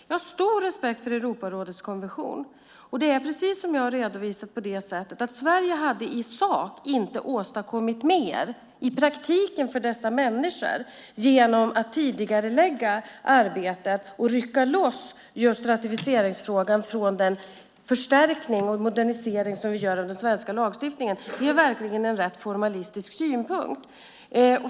Jag har stor respekt för Europarådets konvention, och precis som jag har redovisat hade Sverige inte åstadkommit mer i sak, i praktiken, för dessa människor genom att tidigarelägga arbetet och rycka loss just ratificeringsfrågan från den förstärkning och modernisering vi gör av den svenska lagstiftningen. Det är verkligen en rätt formalistisk synpunkt.